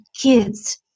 kids